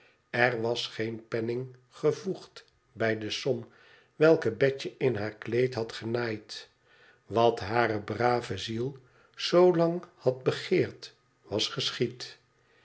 r was geen penning gevoegd bij de som welke betje in haar kleed had genaaid wat hare brave ziel zoo lang had begeerd was geschied